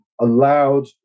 allowed